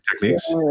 techniques